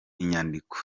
inyandiko